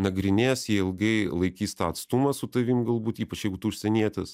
nagrinės jie ilgai laikys tą atstumą su tavim galbūt ypač jeigu tu užsienietis